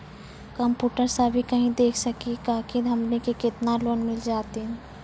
Computer सा भी कही देख सकी का की हमनी के केतना लोन मिल जैतिन?